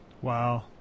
Wow